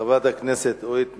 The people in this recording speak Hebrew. חברת הכנסת אורית נוקד,